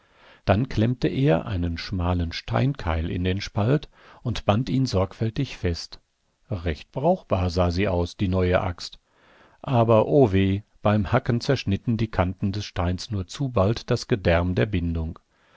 dann klemmte er einen schmalen steinkeil in den spalt und band ihn sorgfältig fest recht brauchbar sah sie aus die neue axt aber o weh beim hacken zerschnitten die kanten des steins nur zu bald das gedärm der bindung